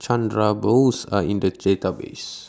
Chandra Bose Are in The Database